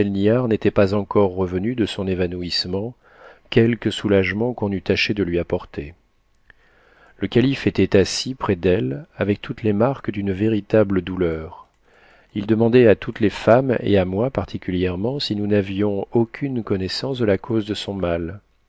n'était pas encore revenue de son évanouissement quelque soulagement qu'on eût tâché de lui apporter le calife était assis près d'elle avec toutes les marques d'une véritable douleur il demandait à toutes les femmes et à moi particuhèrement si nous n'avions aucune connaissance de a cause de son mal